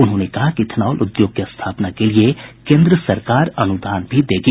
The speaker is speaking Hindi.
उन्होंने कहा कि इथनॉल उद्योग की स्थापना के लिए केन्द्र सरकार अनुदान भी देगी